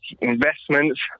investments